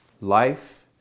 life